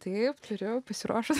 tai turėjau pasiruošusi